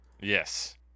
yes